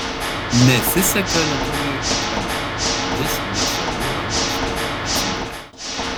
nesiseka lietuviui ekrane vis ne savų rankose atsiduria